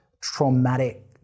traumatic